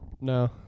no